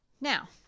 now